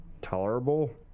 tolerable